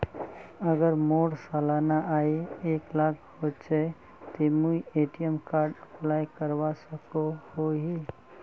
अगर मोर सालाना आय एक लाख होचे ते मुई ए.टी.एम कार्ड अप्लाई करवा सकोहो ही?